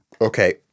Okay